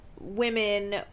women